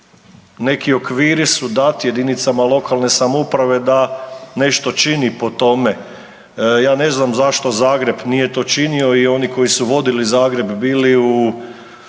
neki okviri su dati jedinicama lokalne samouprave da nešto čini po tome, ja ne znam zašto Zagreb nije to činio i oni koji su vodili Zagreb bili u